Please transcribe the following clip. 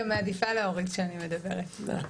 אני גם מעדיפה להוריד כשאני מדברת, גברתי.